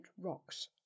rocks